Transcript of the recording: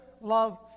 love